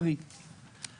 הדמוקרטיה זה הם.